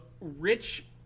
rich